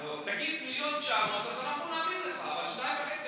תגיד 1.9 מיליון אז אנחנו נאמין לך, אבל 2.5?